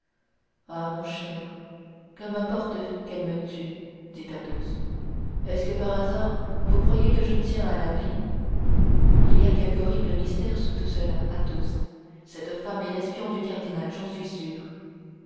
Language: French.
ah mon cher que m'importe qu'elle me tue dit athos est-ce que par hasard vous croyez que je tiens à la vie il y a quelque horrible mystère sous tout cela athos cette femme est l'espion du cardinal j'en suis sûr